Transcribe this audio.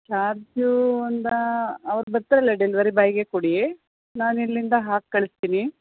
ಚಾರ್ಜೂ ಒಂದು ಅವ್ರು ಬರ್ತಾರಲ್ಲ ಡೆಲ್ವರಿ ಬಾಯ್ಗೇ ಕೊಡಿ ನಾನು ಇಲ್ಲಿಂದ ಹಾಕಿ ಕಳಿಸ್ತೀನಿ